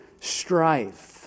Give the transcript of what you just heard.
strife